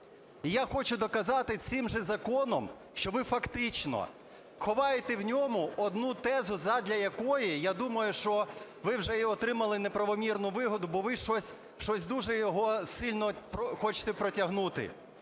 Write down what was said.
Я хочу доказати цим же законом, що ви, фактично, ховаєте в ньому одну тезу, задля якої, я думаю, що ви вже отримали неправомірну вигоду, бо ви щось дуже сильно хочете його протягнути.